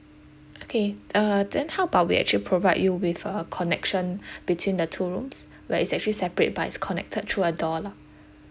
okay uh then how about we actually provide you with a connection between the two rooms where it's actually separate but it's connected through a door lah